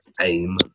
aim